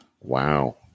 wow